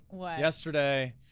Yesterday